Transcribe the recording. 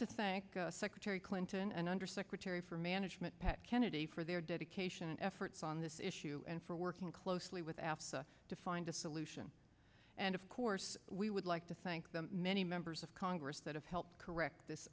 to thank secretary clinton and undersecretary for management pat kennedy for their dedication efforts on this issue and for working closely with africa to find a solution and of course we would like to thank the many members of congress that have helped correct this